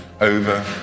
over